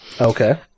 Okay